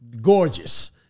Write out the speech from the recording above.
Gorgeous